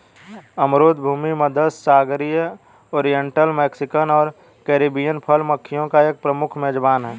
अमरूद भूमध्यसागरीय, oriental, Mexican और कैरिबियन फल मक्खियों का एक प्रमुख मेजबान है